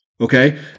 Okay